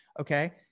Okay